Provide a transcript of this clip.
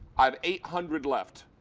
i have eight hundred left.